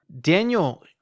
Daniel